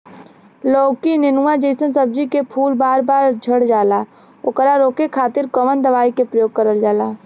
लौकी नेनुआ जैसे सब्जी के फूल बार बार झड़जाला ओकरा रोके खातीर कवन दवाई के प्रयोग करल जा?